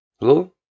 Hello